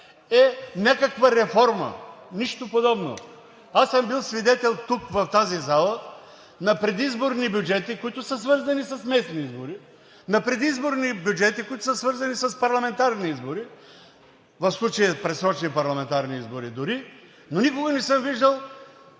е някаква реформа. Нищо подобно! Аз съм бил свидетел тук в тази зала на предизборни бюджети, които са свързани с местни избори, на предизборни бюджети, които са свързани с парламентарни избори, в случая предсрочни парламентарни избори дори, но никога не съм виждал